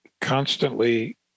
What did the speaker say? constantly